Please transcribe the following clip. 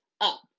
up